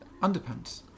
Underpants